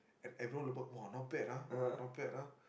and everyone !wah! not bad ah !wah! not bad ah